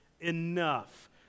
enough